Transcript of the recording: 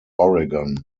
oregon